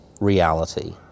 reality